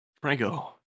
Franco